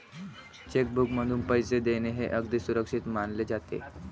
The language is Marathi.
चेक बुकमधून पैसे देणे हे अगदी सुरक्षित मानले जाते